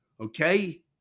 Okay